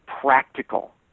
practical